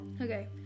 Okay